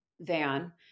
Van